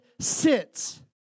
sits